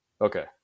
Okay